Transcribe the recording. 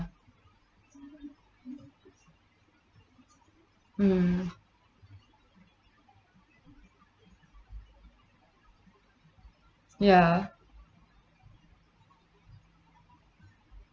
mm ya